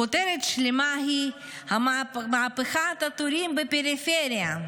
הכותרת השלמה היא: "מהפכת התורים בפריפריה,